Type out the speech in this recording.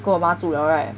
跟我妈住 liao right